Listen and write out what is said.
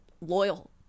loyal